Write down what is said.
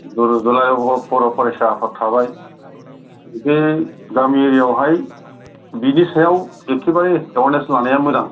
दुलाराय बर'फरायसा आफाद थाबाय बिदि गामि एरियायावहाय बिनि सायाव एखेबारे एवारनेस लानाया मोजां